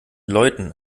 leuten